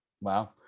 Wow